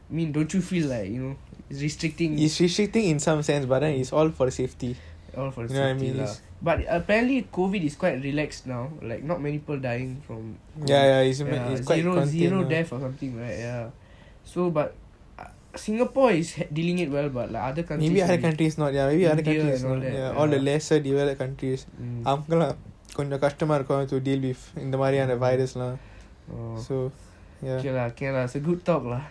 I mean don't you feel like you know restricting all for the safety lah but apparently COVID is quite relaxed now like not many people dying from it zero death or something right ya so but uh singapore is dealing it well but like other countries india and all that mm oh can lah it's a good talk lah ya ya